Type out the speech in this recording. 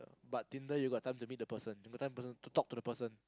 but Tinder you got times you meet the person the time in person to talk to the person